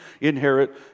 inherit